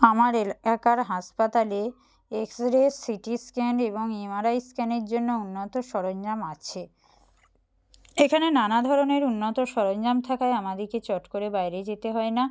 আমার এলাকার হাসপাতালে এক্স রে সিটি স্ক্যান এবং এমআরআই স্ক্যানের জন্য উন্নত সরঞ্জাম আছে এখানে নানা ধরনের উন্নত সরঞ্জাম থাকায় আমাদিকে চট করে বাইরে যেতে হয় না